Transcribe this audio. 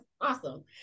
awesome